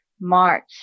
March